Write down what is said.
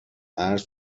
عرض